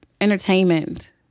entertainment